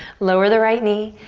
lower the right knee,